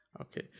Okay